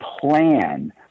plan